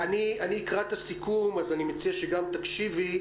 אקרא את הסיכום, אז אני מציע שגם תקשיבי,